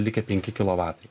likę penki kilovatai